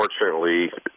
unfortunately